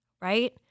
right